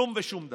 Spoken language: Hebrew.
כלום ושום דבר.